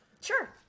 Sure